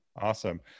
Awesome